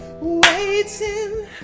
waiting